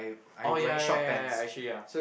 oh ya ya ya ya actually ya